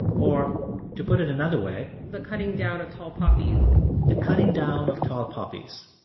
or to put it another way. the cutting down of tall poppies the cutting down of tall poppies.